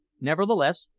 nevertheless,